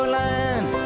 land